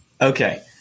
Okay